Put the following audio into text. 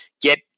get